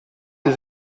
sie